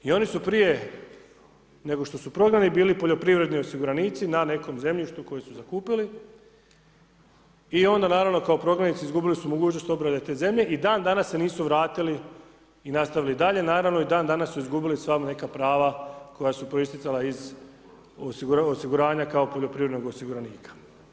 I oni su prije, nego što su prognani bili, poljoprivredni osiguranici na nekom zemljištu koje su zakupili i onda naravno kao prognanici izgubili su mogućnost obrade te zemlje, i dan danas se nisu vratili i nastavili dalje, i naravno i dan danas su izgubili sva neka prava koja su proisticala iz osiguranja kao poljoprivrednog osiguranika.